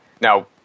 Now